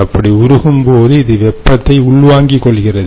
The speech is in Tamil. அப்படி உருகும் போது இது வெப்பத்தை உள்வாங்கி கொள்கிறது